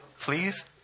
Please